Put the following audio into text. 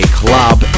club